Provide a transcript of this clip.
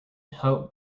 help